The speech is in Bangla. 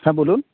হ্যাঁ বলুন